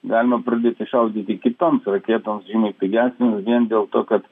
galima pradėti šaudyti kitoms raketoms žymiai pigesnėm vien dėl to kad